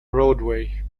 roadway